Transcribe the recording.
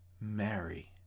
Mary